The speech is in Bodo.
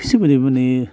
बिसोर बोरै माने